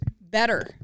better